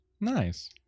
Nice